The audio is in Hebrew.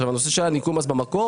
לגבי הנושא של ניכוי מס במקור.